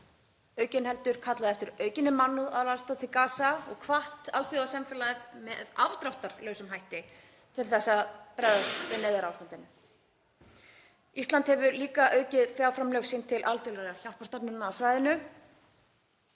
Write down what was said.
aukinheldur kallað eftir aukinni mannúðaraðstoð til Gaza og hvatt alþjóðasamfélagið með afdráttarlausum hætti til að bregðast við neyðarástandinu. Ísland hefur líka aukið fjárframlög sín til alþjóðlegra hjálparstofnana á svæðinu,